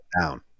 down